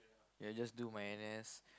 yeah just do my N_S